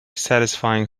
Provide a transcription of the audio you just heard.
satisfying